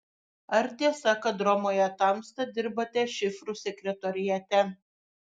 ar tiesa kad romoje tamsta dirbate šifrų sekretoriate